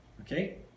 okay